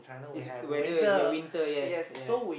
it's weather it's yeah winter yes yes